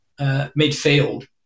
midfield